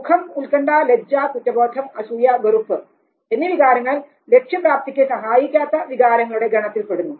ദുഃഖം ഉൽക്കണ്ഠ ലജ്ജ കുറ്റബോധം അസൂയ വെറുപ്പ് എന്നീ വികാരങ്ങൾ ലക്ഷ്യപ്രാപ്തിക്കു സഹായിക്കാത്ത വികാരങ്ങളുടെ ഗണത്തിൽപ്പെടുന്നു